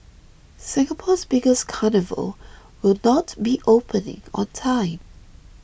Singapore's biggest carnival will not be opening on time